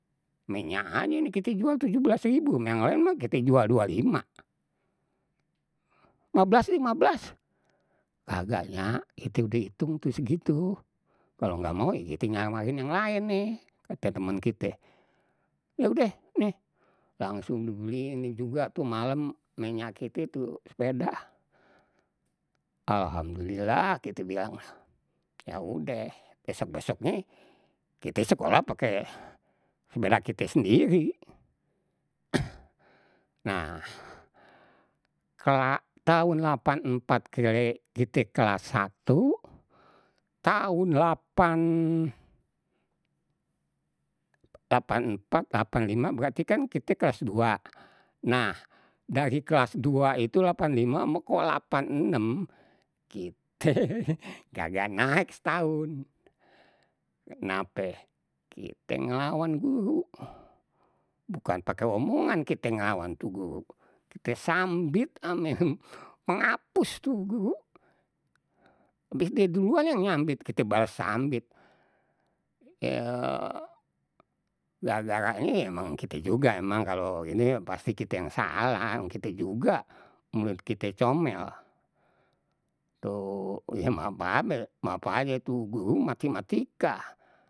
Minyak aje nih kita jual tujuh belas rebu yang laen mah kita jual dua lima. ma belas, lima belas harganya kite udeh itung tu segitu kalau nggak mau ye kite nawarin yang laen nih kate temen kite, ya udeh nih langsung dibeliin nih juga tu malem minyak kite tu sepedah, alhamdulillah kite bilang. Ya udeh besok-besoknye kite sekolah pake sepeda kite sendiri, nah kala tahun lapan empat kite kelas satu, tahun lapan lapan empat, lapan lima berarti kan kite klas dua, nah dari kelas dua itu lapan lima ama ko lapan enem kite kagak naek setaun, kenape kite nglawan guru bukan pake omongan kite nglawan tu guru, kite sambit ame pengapus tu guru duluan yang nyambit, kite bales sambit gara-garanye emang kite juga emang kalau ini pasti kite yang salah orang kite juga mulut ite comel, tuh ye maap-maap ye maap aje tu guru matematika.